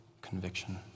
conviction